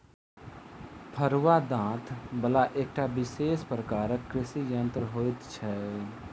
फरूआ दाँत बला एकटा विशेष प्रकारक कृषि यंत्र होइत छै